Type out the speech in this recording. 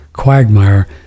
Quagmire